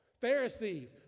Pharisees